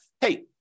hey